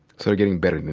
so getting better. and